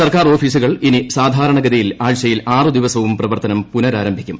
സർക്കാർ ഓഫീസുകൾ ഇനി സാധാരണ ഗതിയിൽ ആഴ്ചയിൽ ആറു ദിവസവും പ്രവർത്തനം പുനരാരംഭിക്കും